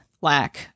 lack